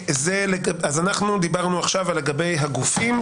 דיברנו עכשיו לגבי הגופים,